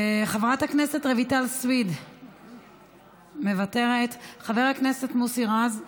חברת רויטל סויד מוותרת, חבר הכנסת מוסי רז,